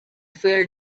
felt